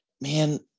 man